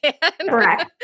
correct